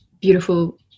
beautiful